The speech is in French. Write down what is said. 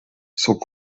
sont